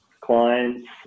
clients